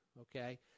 okay